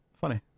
Funny